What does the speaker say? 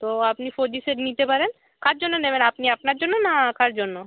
তো আপনি four G set নিতে পারেন কার জন্য নেবেন আপনি আপনার জন্য না কার জন্য